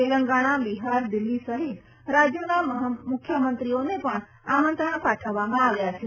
તેલંગણા બિહાર દિલ્હી સહિત રાજ્યોના મુખ્યમંત્રીઓને પણ આમંત્રણ પાઠવવામાં આવ્યાં છે